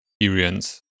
experience